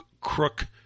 crook